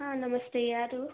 ಹಾಂ ನಮಸ್ತೆ ಯಾರು